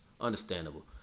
Understandable